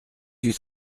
huit